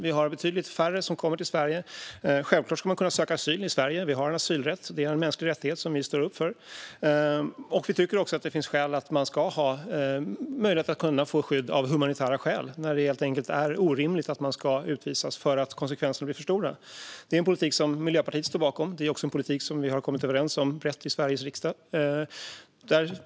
Vi har betydligt färre som kommer till Sverige. Självklart ska man kunna söka asyl i Sverige. Vi har asylrätt; det är en mänsklig rättighet som vi står upp för. Vi tycker också att det finns skäl till att man ska ha möjlighet att få skydd av humanitära skäl när det helt enkelt är orimligt att man utvisas, eftersom konsekvenserna blir för stora. Det är en politik som Miljöpartiet står bakom. Det är också en politik som vi har kommit överens om brett i Sveriges riksdag.